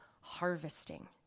harvesting